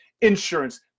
insurance